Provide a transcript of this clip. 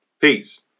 Peace